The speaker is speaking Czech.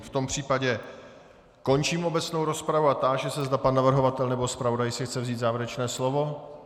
V tom případě končím obecnou rozpravu a táži se, zda pan navrhovatel nebo zpravodaj si chce vzít závěrečné slovo.